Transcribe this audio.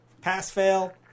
pass-fail